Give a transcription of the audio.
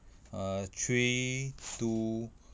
err three two